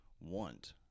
want